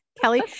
Kelly